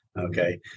Okay